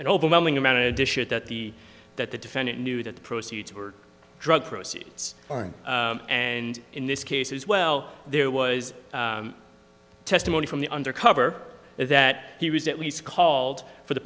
and overwhelming amount of dishes that the that the defendant knew that the proceeds were drug proceeds and in this case as well there was testimony from the undercover is that he was at least called for the